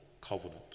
covenant